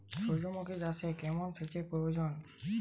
সূর্যমুখি চাষে কেমন সেচের প্রয়োজন?